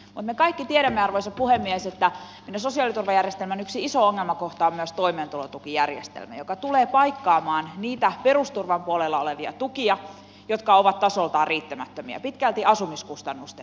mutta me kaikki tiedämme arvoisa puhemies että meidän sosiaaliturvajärjestelmän yksi iso ongelmakohta on myös toimeentulotukijärjestelmä joka tulee paikkaamaan niitä perusturvan puolella olevia tukia jotka ovat tasoltaan riittämättömiä pitkälti asumiskustannusten vuoksi